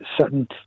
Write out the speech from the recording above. certain